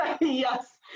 Yes